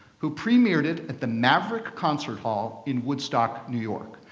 who premiered it at the maverick concert hall in woodstock, new york.